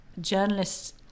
Journalists